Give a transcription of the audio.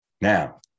now